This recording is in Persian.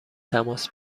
تماس